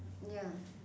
ya